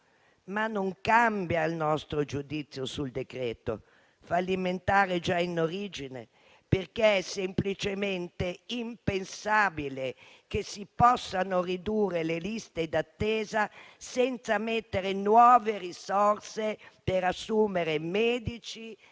Non cambia però il nostro giudizio sul decreto-legge, fallimentare già in origine. È infatti semplicemente impensabile che si possano ridurre le liste d'attesa senza mettere nuove risorse per assumere medici